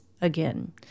again